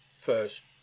first